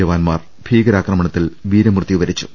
ജവാ ന്മാർ ഭീകരാക്രമണത്തിൽ വീരമൃത്യുവരിച്ചു